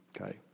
Okay